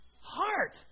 heart